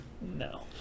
No